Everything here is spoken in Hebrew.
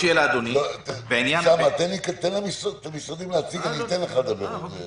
יש מלא זמן, מה הלחץ?